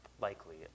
likely